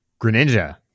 Greninja